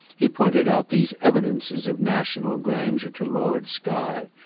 he pointed out these evidences of national grandeur to lord skye,